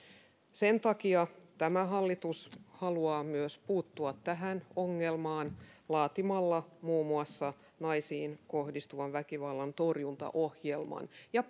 sen takia tämä hallitus haluaa myös puuttua tähän ongelmaan laatimalla muun muassa naisiin kohdistuvan väkivallan torjuntaohjelman ja